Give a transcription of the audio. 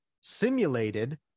simulated